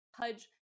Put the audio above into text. Pudge